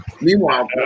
Meanwhile